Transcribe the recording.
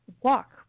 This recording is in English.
walk